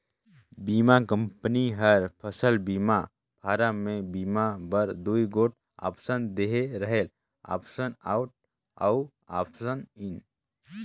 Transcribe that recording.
बीमा कंपनी हर फसल बीमा फारम में बीमा बर दूई गोट आप्सन देहे रहेल आप्सन आउट अउ आप्सन इन